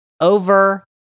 over